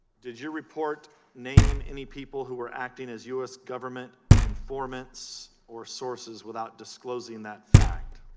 deja report name any people who were acting as u s. government informants or sources without disclosing that fact